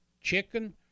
chicken